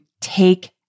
take